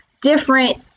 different